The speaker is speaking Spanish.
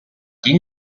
jin